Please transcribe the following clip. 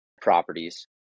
properties